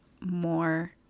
more